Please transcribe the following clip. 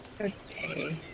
Okay